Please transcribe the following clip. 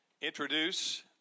introduce